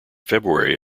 february